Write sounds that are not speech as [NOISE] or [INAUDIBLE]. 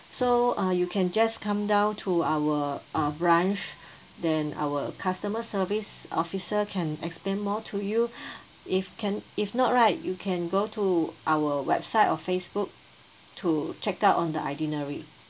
so uh you can just come down to our uh branch then our customer service officer can explain more to you [BREATH] if can if not right you can go to our website or Facebook to check out on the itinerary